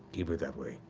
keep it that way.